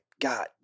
God